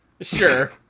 Sure